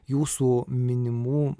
jūsų minimų